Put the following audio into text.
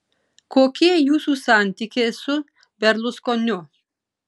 kokie jūsų santykiai su berluskoniu